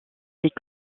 est